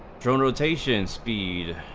general tasting and speed,